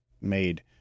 made